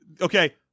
okay